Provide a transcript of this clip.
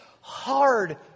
hard